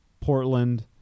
Portland